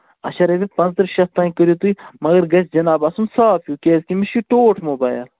اچھا اگر تُہی پانٛژٕترٕٛہ شیٚتھ تام کٔرِو تُہی مگر گَژھِ جِناب آسُن صاف ہِیٛوٗ کیٛازِ کہِ مےٚ چھُ یہِ ٹوٹھ موبَایِل